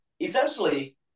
Essentially